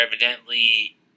evidently